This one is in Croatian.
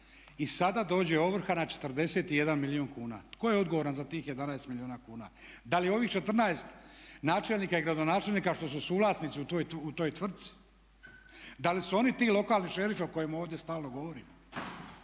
i sada dođe ovrha na 41 milijun kuna. Tko je odgovoran za tih 11 milijuna kuna? Da li ovih 14 načelnika i gradonačelnika što su suvlasnici u toj tvrtci? Da li su oni ti lokalni šerifi o kojima ovdje stalno govorimo?